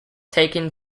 taken